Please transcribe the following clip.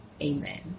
Amen